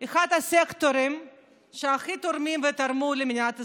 אחד הסקטורים שהכי תורמים ותרמו למדינת ישראל,